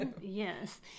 Yes